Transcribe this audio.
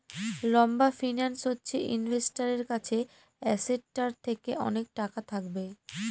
লম্বা ফিন্যান্স হচ্ছে ইনভেস্টারের কাছে অ্যাসেটটার থেকে অনেক টাকা থাকবে